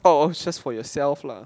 or just for yourself lah